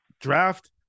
draft